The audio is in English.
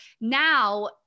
now